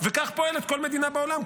וכך פועלת כל מדינה בעולם.